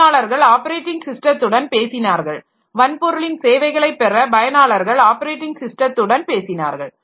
பயனாளர்கள் ஆப்பரேட்டிங் ஸிஸ்டத்துடன் பேசினார்கள் வன்பொருளின் சேவைகளை பெற பயனாளர்கள் ஆப்பரேட்டிங் ஸிஸ்டத்துடன் பேசினார்கள்